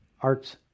Arts